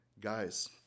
Guys